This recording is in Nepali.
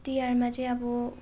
तिहारमा चाहिँ अब